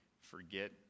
forget